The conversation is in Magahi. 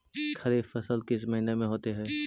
खरिफ फसल किस महीने में होते हैं?